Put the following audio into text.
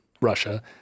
Russia